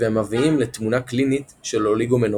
והמביאים לתמונה קלינית של אוליגומנוריאה.